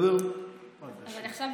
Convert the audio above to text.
עכשיו,